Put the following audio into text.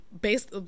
based